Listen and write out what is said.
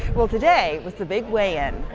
well today was the big weigh-in.